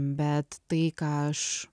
bet tai ką aš